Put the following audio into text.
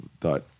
thought